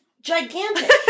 gigantic